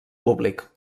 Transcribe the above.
públic